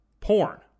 Porn